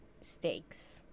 steaks